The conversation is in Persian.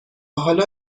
حالا